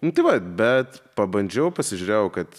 nu tai va bet pabandžiau pasižiūrėjau kad